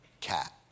cat